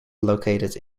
located